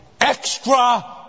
extra